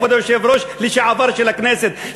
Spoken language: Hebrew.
כבוד היושב-ראש לשעבר של הכנסת,